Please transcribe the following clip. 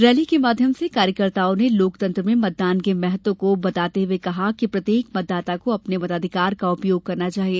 rally के माध्यम से कार्यकर्ताओं ने लोकतंत्र में मतदान के महत्व को बताते हुए कहा कि प्रत्येक मतदाता को अपने मताधिकार का उपयोग करना चाहिए